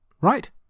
Right